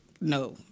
No